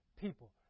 people